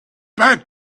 back